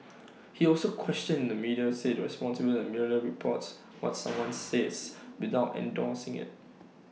he also questioned the media if IT merely reports what someone says without endorsing IT